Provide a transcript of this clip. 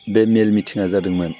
बे मेल मिथिङा जादोंमोन